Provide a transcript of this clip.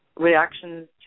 reactions